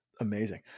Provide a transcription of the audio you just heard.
amazing